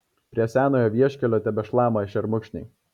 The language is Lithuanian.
prie senojo vieškelio tebešlama šermukšniai